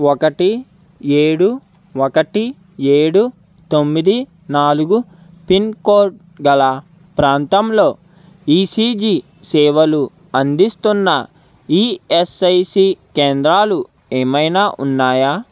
ఒకటి ఏడు ఒకటి ఏడు తొమ్మిది నాలుగు పిన్కోడ్ గల ప్రాంతంలో ఈసీజీ సేవలు అందిస్తున్న ఈఎస్ఐసి కేంద్రాలు ఏమైనా ఉన్నాయా